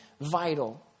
vital